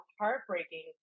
heartbreaking